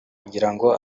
ngirango